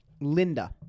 Linda